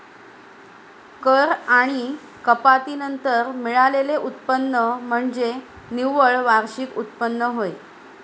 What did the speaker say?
कर आणि कपाती नंतर मिळालेले उत्पन्न म्हणजे निव्वळ वार्षिक उत्पन्न होय